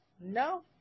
No